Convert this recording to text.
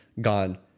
gone